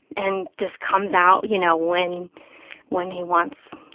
and just comes out, you know, when when he wants,